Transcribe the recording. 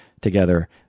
together